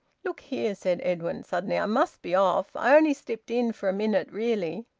look here, said edwin suddenly, i must be off. i only slipped in for a minute, really.